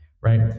right